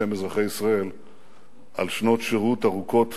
בשם אזרחי ישראל על שנות שירות ארוכות